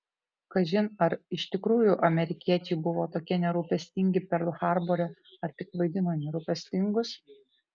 kažin ar iš tikrųjų amerikiečiai buvo tokie nerūpestingi perl harbore ar tik vaidino nerūpestingus